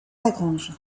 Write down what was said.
lagrange